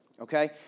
okay